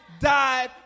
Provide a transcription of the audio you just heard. died